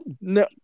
No